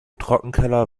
trockenkeller